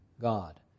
God